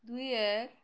দুই এক